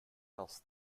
else